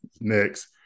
next